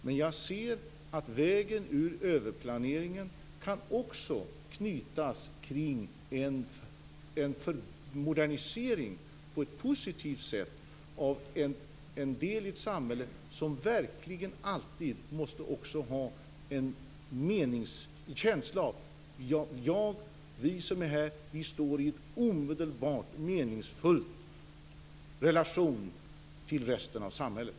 Men jag ser att vägen ur överplaneringen också på ett positivt sätt kan knytas till en modernisering av en del i ett samhälle där de som är där verkligen alltid också måste ha en känsla av att de står i en omedelbar, meningsfull relation till resten av samhället.